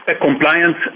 compliance